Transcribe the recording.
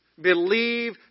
believe